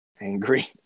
angry